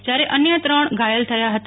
જયારે અન્ય ત્રણ ઘાયલ થયા હતા